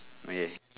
grey